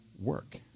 work